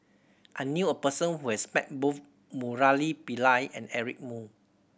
I knew a person who has met both Murali Pillai and Eric Moo